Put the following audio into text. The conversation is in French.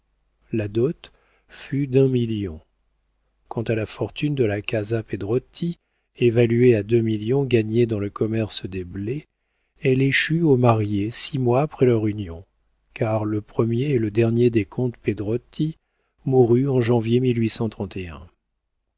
la dot fut d'un million quant à la fortune de la casa pedrotti évaluée à deux millions gagnés dans le commerce des blés elle échut aux mariés six mois après leur union car le premier et le dernier des comtes pedrotti mourut en janvier